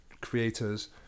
creators